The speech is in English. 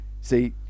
See